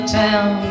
town